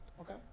Okay